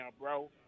bro